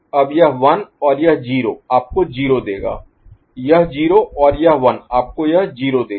अब यह 1 और यह 0 आपको 0 देगा यह 0 और यह 1 आपको यह 0 देगा